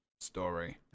story